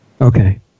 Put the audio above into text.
Okay